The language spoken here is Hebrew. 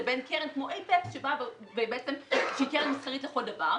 לבין קרן כמו אייפקס שהיא קרן מסחרית לכל דבר,